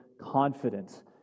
confidence